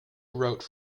wrote